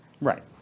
Right